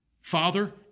Father